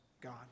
God